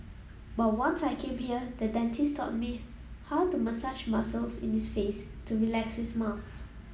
but once I came here the dentist taught me how to massage muscles in his face to relax his mouth